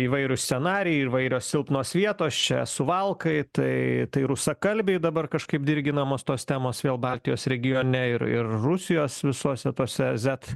įvairūs scenarijai įvairios silpnos vietos čia suvalkai tai tai rusakalbiai dabar kažkaip dirginamos tos temos vėl baltijos regione ir ir rusijos visose tose zet